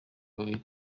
babiri